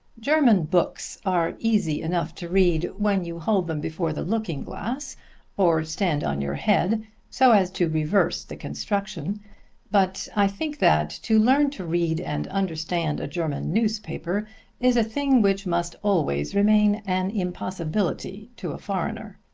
german books are easy enough to read when you hold them before the looking-glass or stand on your head so as to reverse the construction but i think that to learn to read and understand a german newspaper is a thing which must always remain an impossibility to a foreigner.